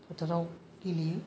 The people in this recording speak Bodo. फोथाराव गेलेयो